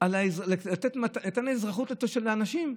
על מתן אזרחות לאנשים?